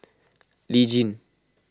Lee Tjin